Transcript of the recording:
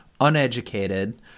uneducated